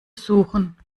suchen